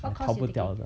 what course you taking